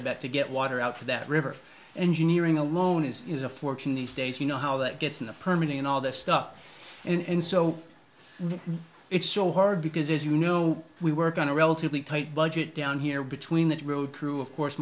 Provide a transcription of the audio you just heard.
i bet to get water out of that river engineering alone is is a fortune these days you know how that gets in the permian all that stuff and so it's so hard because it's you know we work on a relatively tight budget down here between that road crew of course